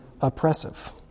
oppressive